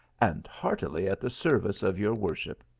and heartily at the service of your worship.